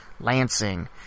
Lansing